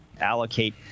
allocate